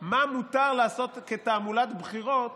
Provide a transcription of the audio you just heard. מה מותר לעשות כתעמולת בחירות